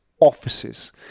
offices